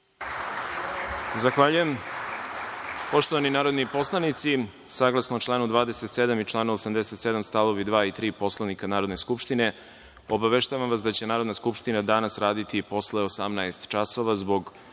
Zahvaljujem. Poštovani narodni poslanici, saglasno članu 27. i članu 87. stavovi 2. i 3. Poslovnika Narodne skupštine, obaveštavam vas da će Narodna skupština danas raditi i posle 18,00 časova zbog